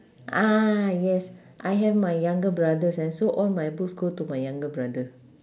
ah yes I have my younger brothers and so all my books go to my younger brother